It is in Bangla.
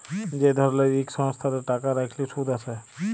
যে ধরলের ইক সংস্থাতে টাকা রাইখলে সুদ আসে